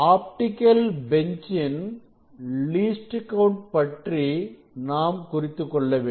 optical benchன் least கவுண்ட்பற்றி நாம் குறித்துக்கொள்ள வேண்டும்